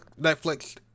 Netflix